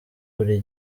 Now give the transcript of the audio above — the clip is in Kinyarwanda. buri